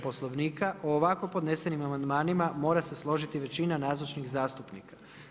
Poslovnika o ovako podnesenim amandmanima mora se složiti većina nazočnih zastupnika.